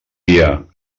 guia